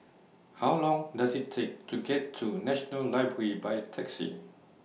How Long Does IT Take to get to National Library By Taxi